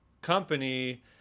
company